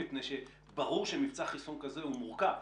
מפני שברור שמבצע חיסון כזה הוא מורכב.